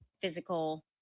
physical